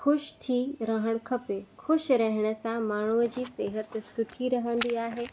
ख़ुशि थी रहणु खपे ख़ुशि रहण सां माण्हू जी सिहत सुठी रहंदी आहे